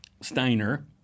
Steiner